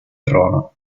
trono